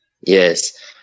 Yes